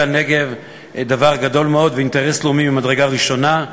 הנגב הוא דבר גדול מאוד ואינטרס לאומי ממדרגה ראשונה.